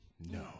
No